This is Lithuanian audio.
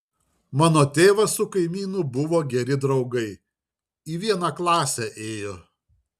mano tėvas su kaimynu buvo geri draugai į vieną klasę ėjo